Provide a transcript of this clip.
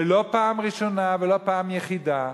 ולא פעם ראשונה ולא פעם יחידה.